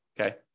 okay